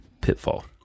pitfall